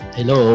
Hello